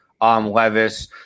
Levis